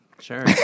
sure